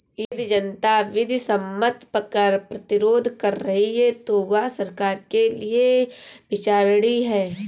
यदि जनता विधि सम्मत कर प्रतिरोध कर रही है तो वह सरकार के लिये विचारणीय है